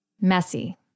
Messy